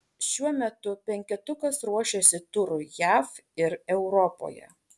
šiuo metu penketukas ruošiasi turui jav ir europoje